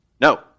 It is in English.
No